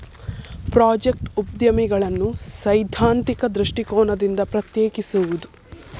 project ಉದ್ಯಮಿಗಳನ್ನು ಸೈದ್ಧಾಂತಿಕ ದೃಷ್ಟಿಕೋನದಿಂದ ಪ್ರತ್ಯೇಕಿಸುವುದು